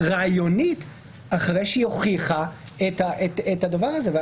רעיונית אחרי שהיא הוכיחה את הדבר הזה.